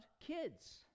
kids